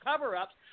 cover-ups